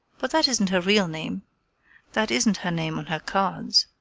but that isn't her real name that isn't her name on her cards.